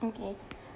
okay